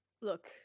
look